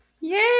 Yay